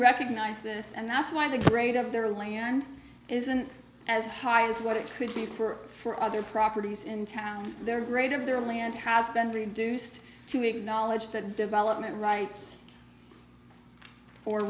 recognise this and that's why the grade of their land isn't as high as what it could be for for other properties in town their grade of their land has been reduced to acknowledge that development rights or